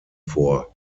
vor